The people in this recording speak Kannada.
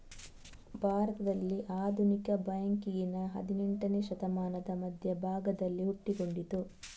ಭಾರತದಲ್ಲಿ ಆಧುನಿಕ ಬ್ಯಾಂಕಿಂಗಿನ ಹದಿನೇಂಟನೇ ಶತಮಾನದ ಮಧ್ಯ ಭಾಗದಲ್ಲಿ ಹುಟ್ಟಿಕೊಂಡಿತು